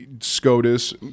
Scotus